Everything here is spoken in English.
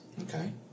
Okay